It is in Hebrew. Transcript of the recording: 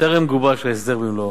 וטרם גובש ההסדר במלואו.